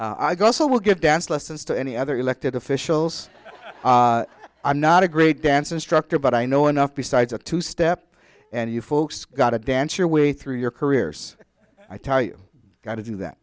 got so we'll give dance lessons to any other elected officials i'm not a great dance instructor but i know enough besides a two step and you folks got to dance your way through your careers i tell you got to do that